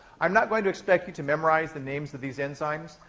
i'm not going to expect you to memorize the names of these enzymes,